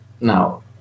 Now